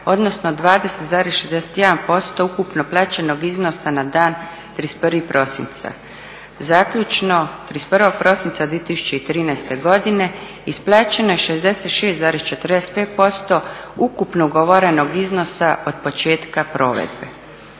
odnosno 20,61% ukupno plaćenog iznosa na dan 31.prosinca. Zaključno, 31.prosinca 2013.godine isplaćeno je 66,45% ukupno ugovorenog iznosa od početka provedbe.